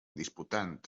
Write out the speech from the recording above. disputant